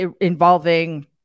involving